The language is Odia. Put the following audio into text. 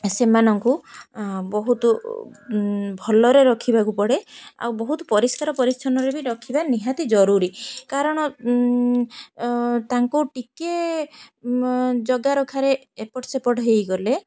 ସେମାନଙ୍କୁ ବହୁତୁ ଭଲରେ ରଖିବାକୁ ପଡ଼େ ଆଉ ବହୁତ ପରିଷ୍କାର ପରିଚ୍ଛନ୍ନରେ ବି ରଖିବା ନିହାତି ଜରୁରୀ କାରଣ ତାଙ୍କୁ ଟିକେ ଜଗା ରଖାରେ ଏପଟ ସେପଟ ହେଇଗଲେ